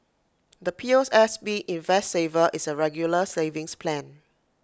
the P O S S B invest saver is A regular savings plan